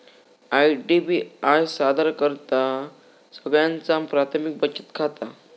IDBI सादर करतहा सगळ्यांचा प्राथमिक बचत खाता